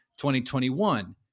2021